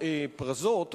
בחברת "פרזות",